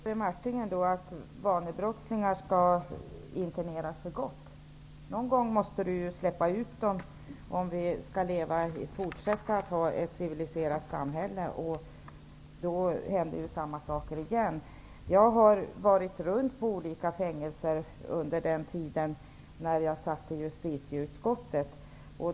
Herr talman! Menar Jerry Martinger att vanebrottslingar skall interneras för gott? Någon gång måste man ju släppa ut dem, om vi skall fortsätta att ha ett civiliserat samhälle. Då händer samma saker igen. Jag besökte olika fängelser under den tid jag satt med i justitieutskottet.